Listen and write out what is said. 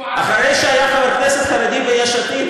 אחרי שהיה חבר כנסת חרדי ביש עתיד,